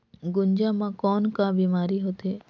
गुनजा मा कौन का बीमारी होथे?